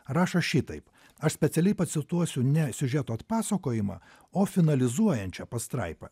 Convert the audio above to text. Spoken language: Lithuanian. rašo šitaip aš specialiai pacituosiu ne siužeto atpasakojimą o finalizuojančią pastraipą